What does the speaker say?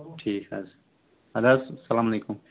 ٹھیٖک حظ اَدٕ حظ السلام علیکُم